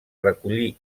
recollir